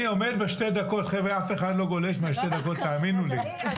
מי נגד?